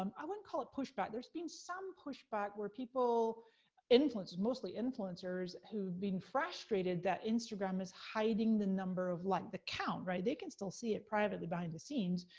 um i wouldn't call it pushback. there's been some pushback where people influence. mostly influencers, who've been frustrated that instagram is hiding the number of, like the count, they can still see it privately behind the scenes,